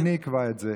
אני אקבע את זה.